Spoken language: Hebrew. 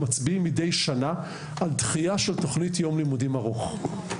מצביעים מידי שנה על דחייה של תוכנית ליום לימודים ארוך,